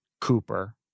Cooper